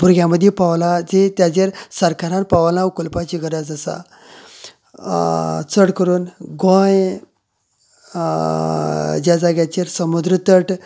भुरग्यां मदी पावला जी ताजेर सरकारान पावलां उकलपाची गरज आसा चड करून गोंय जे जाग्याचेर समूद्र तट आसा